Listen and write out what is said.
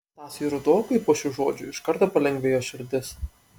stasiui rudokui po šių žodžių iš karto palengvėjo širdis